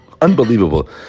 unbelievable